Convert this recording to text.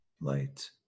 light